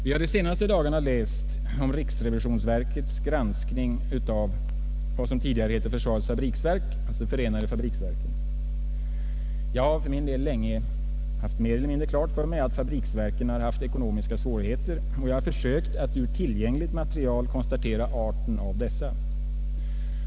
Vi har de senaste dagarna läst om riksrevisionsverkets granskning av förenade fabriksverken — tidigare försvarets fabriksverk. Jag har för min del länge haft mer eller mindre klart för mig att fabriksverken haft ekonomiska svårigheter, och jag har försökt att ur tillgängligt material konstatera arten av dessa.